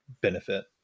benefit